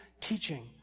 teaching